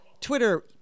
Twitter